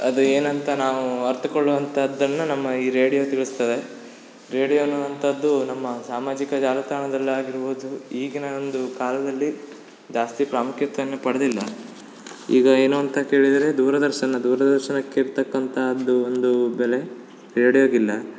ಅದು ಏನಂತ ನಾವು ಅರಿತುಕೊಳ್ಳುವಂಥದ್ದನ್ನ ನಮ್ಮ ಈ ರೇಡಿಯೋ ತಿಳ್ಸ್ತದೆ ರೇಡಿಯೋನು ಅಂಥದ್ದು ನಮ್ಮ ಸಾಮಾಜಿಕ ಜಾಲತಾಣದಲ್ಲಾಗಿರ್ಬೌದು ಈಗಿನ ಒಂದು ಕಾಲದಲ್ಲಿ ಜಾಸ್ತಿ ಪ್ರಾಮುಖ್ಯತೆಯನ್ನು ಪಡ್ದಿಲ್ಲ ಈಗ ಏನು ಅಂತ ಕೇಳಿದರೆ ದೂರದರ್ಶನ ದೂರದರ್ಶನಕ್ಕೆ ಇರ್ತಕ್ಕಂಥದ್ದು ಒಂದು ಬೆಲೆ ರೇಡಿಯೋಗಿಲ್ಲ